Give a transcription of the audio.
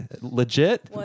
legit